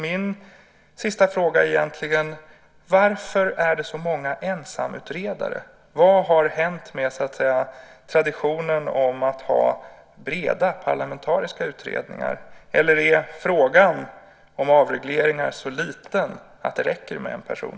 Min sista fråga är egentligen: Varför är det så många ensamutredare? Vad har hänt med traditionen att ha breda parlamentariska utredningar? Eller är frågan om avregleringar så liten att det räcker med en person?